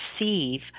receive